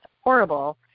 horrible